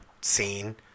scene